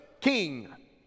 king